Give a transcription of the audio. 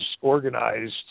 organized